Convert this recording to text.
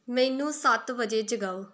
ਮੈਨੂੰ ਸੱਤ ਵਜੇ ਜਗਾਓ